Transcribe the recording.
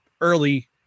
early